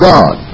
God